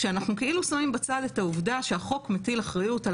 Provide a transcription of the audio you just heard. כשאנחנו כאילו שמים בצד את העובדה שהחוק מטיל אחריות על